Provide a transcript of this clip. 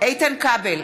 איתן כבל,